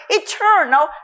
eternal